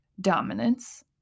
dominance